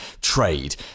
trade